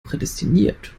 prädestiniert